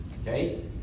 okay